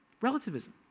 relativism